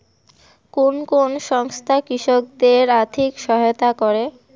কোন কোন সংস্থা কৃষকদের আর্থিক সহায়তা করে?